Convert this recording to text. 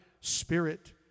Spirit